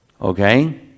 Okay